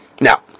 Now